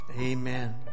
amen